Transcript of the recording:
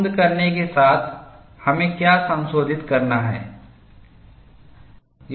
कुंद करने के साथ हमें क्या संशोधित करना है